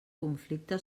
conflicte